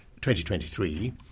2023